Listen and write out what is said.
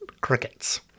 Crickets